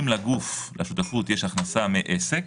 אם לגוף בשותפות יש הכנסה מעסק,